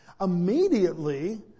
Immediately